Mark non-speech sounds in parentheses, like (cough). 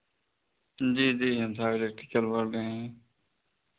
जी जी (unintelligible)